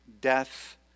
death